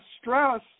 stress